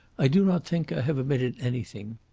i do not think i have omitted anything.